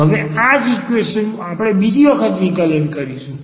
હવે આ જ ઈક્વેશન નું આપણે બીજી વખત વિકલન કરીશું